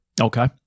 Okay